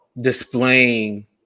displaying